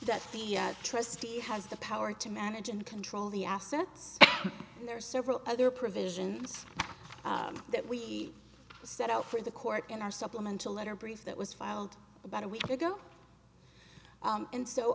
that the trustee has the power to manage and control the assets and there are several other provisions that we set out for the court in our supplemental letter brief that was filed about a week ago and so